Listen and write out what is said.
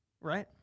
Right